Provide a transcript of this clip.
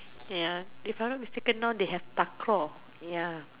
ya if I not mistaken now they have